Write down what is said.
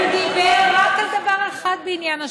הוא דיבר, רק על דבר אחד בעניין השבת: